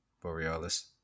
Borealis